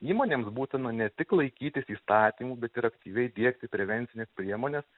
įmonėms būtina ne tik laikytis įstatymų bet ir aktyviai diegti prevencines priemones